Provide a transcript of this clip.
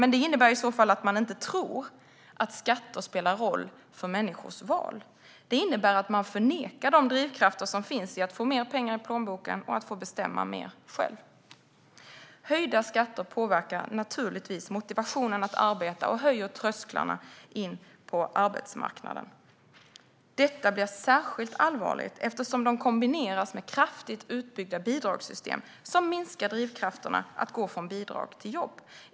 Men det innebär i så fall att de inte tror att skatter spelar roll för människors val. Det innebär att de förnekar de drivkrafter som finns i att få mer pengar i plånboken och att få bestämma mer själv. Höjda skatter påverkar naturligtvis motivationen att arbeta och höjer trösklarna in på arbetsmarknaden. Detta blir särskilt allvarligt eftersom skatterna kombineras med kraftigt utbyggda bidragssystem som minskar drivkrafterna att gå från bidrag till jobb.